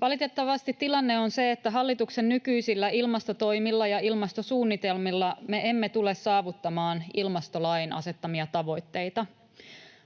Valitettavasti tilanne on se, että hallituksen nykyisillä ilmastotoimilla ja ilmastosuunnitelmilla me emme tule saavuttamaan ilmastolain asettamia tavoitteita.